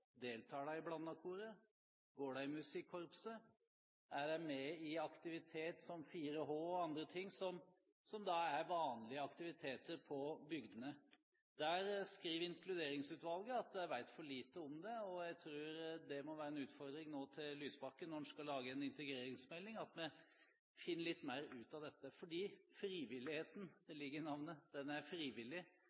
Deltar de i det «blandakoret»? Går de i musikkorpset? Er de med i aktiviteter som 4H og andre ting som er vanlige aktiviteter på bygdene? Inkluderingsutvalget skriver at de vet for lite om det, og jeg tror det nå må være en utfordring til Lysbakken når han skal lage en integreringsmelding, at vi finner litt mer ut av dette. For frivilligheten er – det ligger i navnet – frivillig,